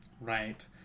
Right